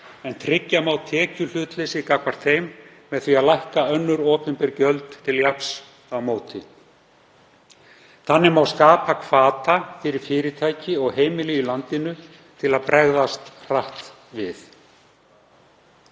en tryggja má tekjuhlutleysi gagnvart þeim með því að lækka önnur opinber gjöld til jafns á móti. Þannig má skapa hvata fyrir fyrirtæki og heimili í landinu til að bregðast hratt við.